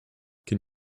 can